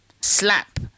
SLAP